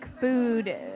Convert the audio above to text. food